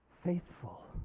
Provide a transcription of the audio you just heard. Faithful